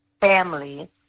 family